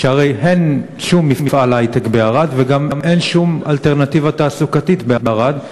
הרי אין שום מפעל היי-טק בערד וגם אין שום אלטרנטיבה תעסוקתית בערד.